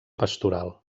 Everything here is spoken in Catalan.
pastoral